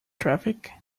traffic